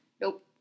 nope